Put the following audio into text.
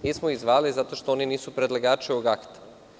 Nismo ih zvali zato što oni nisu predlagači ovog akta.